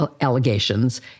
allegations